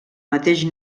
mateix